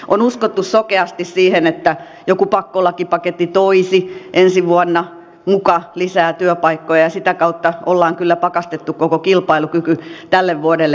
on uskottu sokeasti siihen että joku pakkolakipaketti toisi ensi vuonna muka lisää työpaikkoja ja sitä kautta ollaan kyllä pakastettu koko kilpailukyky tälle vuodelle